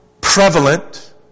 prevalent